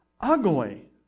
ugly